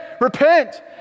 repent